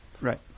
Right